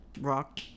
Rock